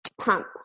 pump